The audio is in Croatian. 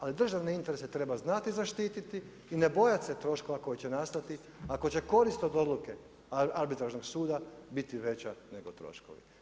Ali državne interese treba znati zaštititi i ne bojat se troškova koji će nastati ako će korist od odluke Arbitražnog suda biti veća nego troškovi.